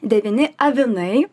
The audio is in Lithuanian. devyni avinai